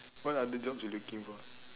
what other jobs you looking for